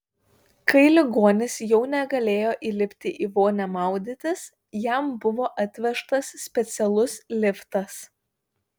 kai ligonis jau negalėjo įlipti į vonią maudytis jam buvo atvežtas specialus liftas